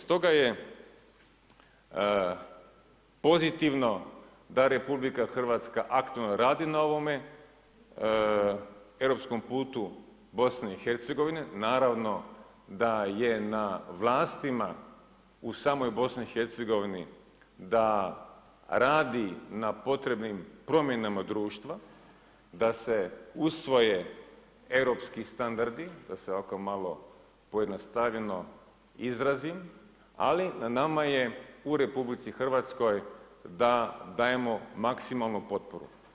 Stoga je pozitivno da RH aktivno radi na ovome europskom putu BiH, naravno da je na vlastima u samoj BiH da radi na potrebnim promjenama društva, da se usvoje europski standardi da se ovako malo pojednostavljeno izrazim, ali na nama je u RH da dajemo maksimalnu potporu.